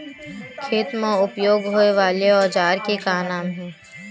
खेत मा उपयोग होए वाले औजार के का नाम हे?